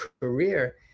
career